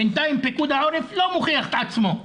בינתיים פיקוד העורף לא מוכיח את עצמו.